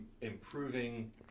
improving